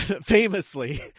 famously